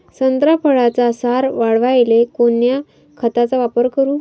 संत्रा फळाचा सार वाढवायले कोन्या खताचा वापर करू?